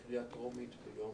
-- להקדים את זה.